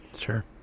Sure